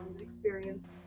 experience